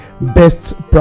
best